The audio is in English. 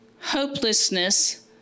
Hopelessness